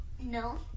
No